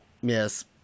yes